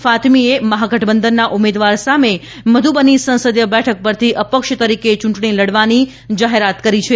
ફાતમીએ મહાગઠબંધનના ઉમેદવાર સામે મ્ધ્રબની સંસદિય બેઠક પરથી અપક્ષ તરીકે ચ્રંટણી લડવાની જાહેરાત કરી છે